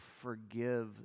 forgive